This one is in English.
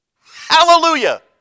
Hallelujah